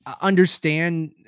understand